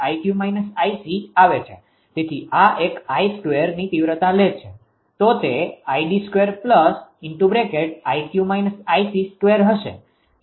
તેથી આ એક 𝐼′2ની તીવ્રતા લે છે તો તે 𝑖𝑑2 𝑖𝑞 − 𝑖𝑐2 હશે